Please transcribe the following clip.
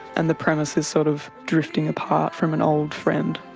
and the premise is sort of drifting apart from an old friend.